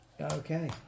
Okay